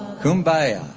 Kumbaya